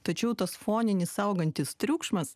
tačiau tas foninį saugantis triukšmas